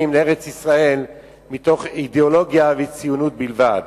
לארץ-ישראל מתוך אידיאולוגיה וציונות בלבד.